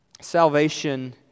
Salvation